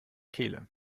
kehle